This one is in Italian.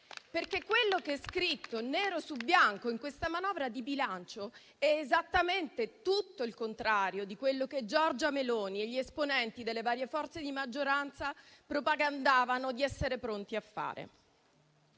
perché quello che è scritto, nero su bianco, in questa manovra di bilancio è esattamente tutto il contrario di quello che Giorgia Meloni e gli esponenti delle varie forze di maggioranza propagandavano di essere pronti a fare.